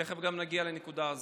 ותכף גם נגיע לנקודה הזו.